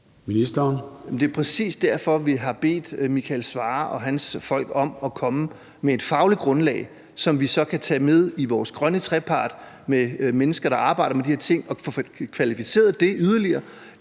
Det er præcis derfor, vi har bedt Michael Svarer og hans folk om at komme med et fagligt grundlag, som vi så kan tage med i vores grønne trepart med mennesker, der arbejder med de her ting, og få kvalificeret det yderligere,